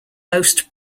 most